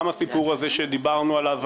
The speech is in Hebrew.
גם הסיפור הזה שדיברנו עליו,